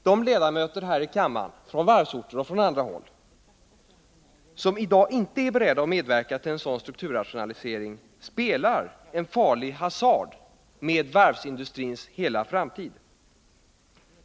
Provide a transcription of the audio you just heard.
De ledamöter här i kammaren, från varvsorterna och från andra håll, som inte i dag är beredda att medverka till en sådan strukturrationalisering spelar en farlig hasard med varvsindustrins hela framtid.